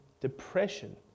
depression